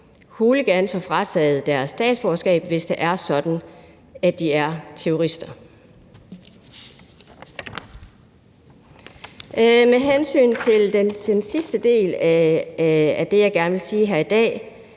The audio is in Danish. hooligans får frataget deres statsborgerskab, hvis det er sådan, at de er terrorister. Med hensyn til den sidste del synes jeg, det er meget vigtigt